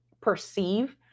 perceive